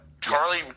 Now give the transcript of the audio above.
Charlie